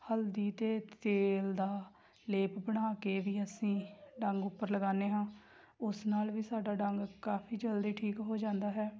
ਹਲਦੀ ਅਤੇ ਤੇਲ ਦਾ ਲੇਪ ਬਣਾ ਕੇ ਵੀ ਅਸੀਂ ਡੰਗ ਉਪਰ ਲਗਾਉਂਦੇ ਹਾਂ ਉਸ ਨਾਲ ਵੀ ਸਾਡਾ ਡੰਗ ਕਾਫੀ ਜਲਦੀ ਠੀਕ ਹੋ ਜਾਂਦਾ ਹੈ